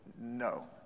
no